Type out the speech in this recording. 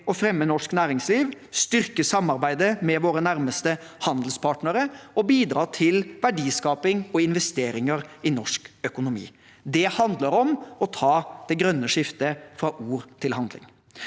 å fremme norsk næringsliv, styrke samarbeidet med våre nærmeste handelspartnere og bidra til verdiskaping og investeringer i norsk økonomi. Det handler om å ta det grønne skiftet fra ord til handling.